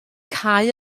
cau